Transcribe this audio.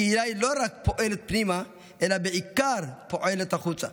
הקהילה לא רק פועלת פנימה, אלא בעיקר פועלת החוצה.